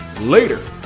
Later